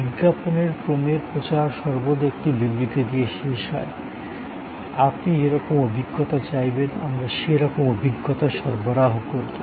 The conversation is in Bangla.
বিজ্ঞাপনের ক্রমের প্রচার সর্বদা একটি বিবৃতি দিয়ে শেষ হয় আপনি যেরকম অভিজ্ঞতা চাইবেন আমরা সেইরকম অভিজ্ঞতা সরবরাহ করবো